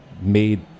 made